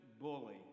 bully